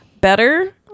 better